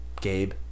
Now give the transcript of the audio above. Gabe